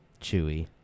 Chewie